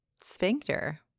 sphincter